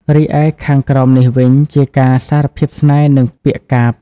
រីឯខាងក្រោមនេះវិញ ជាការសារភាពស្នេហ៍ និង ពាក្យកាព្យ។